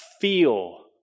feel